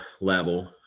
level